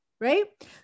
right